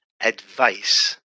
advice